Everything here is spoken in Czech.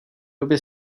době